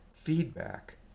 feedback